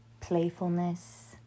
playfulness